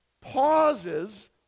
pauses